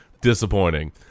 disappointing